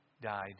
died